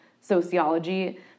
sociology